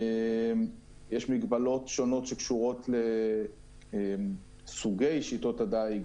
יש מגבלות שונות שקשורות לסוגי שיטות הדייג,